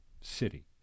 city